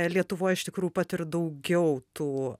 lietuvoj iš tikrųjų pat ir daugiau tų